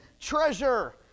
treasure